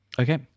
Okay